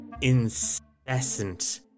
incessant